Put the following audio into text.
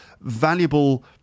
valuable